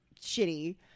Shitty